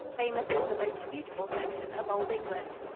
famous as the most beautiful section of old england.